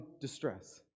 distress